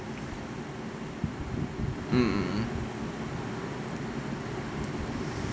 mm mm mm